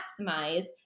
maximize